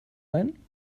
leihen